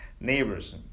Neighbors